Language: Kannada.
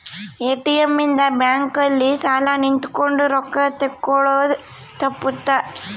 ಎ.ಟಿ.ಎಮ್ ಇಂದ ಬ್ಯಾಂಕ್ ಅಲ್ಲಿ ಸಾಲ್ ನಿಂತ್ಕೊಂಡ್ ರೊಕ್ಕ ತೆಕ್ಕೊಳೊದು ತಪ್ಪುತ್ತ